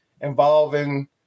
involving